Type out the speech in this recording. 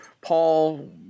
Paul